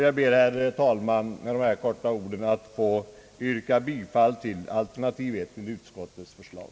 Jag ber, herr talman, att med denna korta motivering få yrka bifall till utskottets förslag.